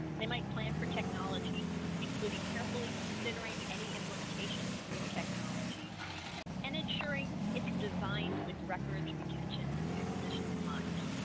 they might plan for technology including carefully considering any implementation of new technology and ensuring it's designed with records retention and disposition in mind